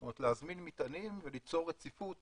זאת אומרת: להזמין מטענים וליצור רציפות